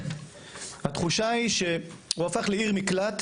התחושה היא שהוא הפך לעיר מקלט